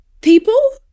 people